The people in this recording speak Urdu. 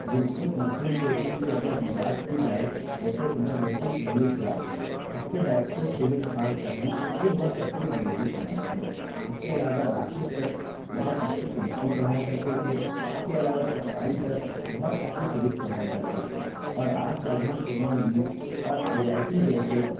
جن کچھ مشہور کوچنگوں کی اگر بات کی جائے جیسے اینوویٹیو انگلش کلاسز اس کے ڈائریکٹر سہیل خان سر ہیں یہ بہت اچھی انگریزی پڑھاتے ہیں اس کے علاوہ راشد سر بہت اچھی کیمیسٹری پڑھایا کرتے تھے اس کے علاوہ چغتائی سر بہت اچھی فزکس پڑھایا کرتے تھے اور آج شاہ جہاں پور میں نیٹ اور آئی آئی ٹی جیسے